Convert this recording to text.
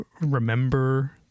remember